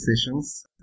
sessions